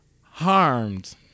harmed